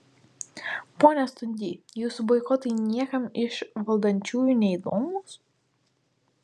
pone stundy jūsų boikotai niekam iš valdančiųjų neįdomūs